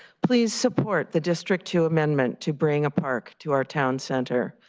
please support the district two amendment to bring a park to our town center.